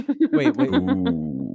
wait